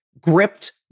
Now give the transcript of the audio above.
gripped